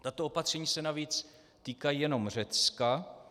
Tato opatření se navíc týkají jenom Řecka.